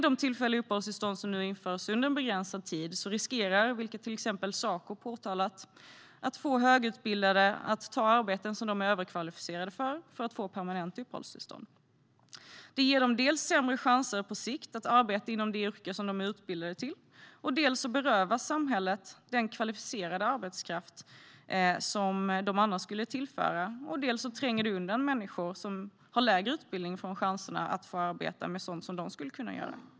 De tillfälliga uppehållstillstånd som nu införs under en begränsad tid riskerar dock, vilket till exempel Saco påtalat, att få högutbildade att ta arbeten som de är överkvalificerade för i syfte att få permanent uppehållstillstånd. Det ger dem sämre chanser att på sikt arbeta inom det yrke som de är utbildade till. På detta sätt berövas också samhället den kvalificerade arbetskraft som de annars skulle tillföra. Dessutom tränger det undan människor med lägre utbildning från chanserna att arbeta med sådant som de skulle kunna arbeta med.